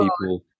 people